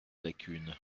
lacune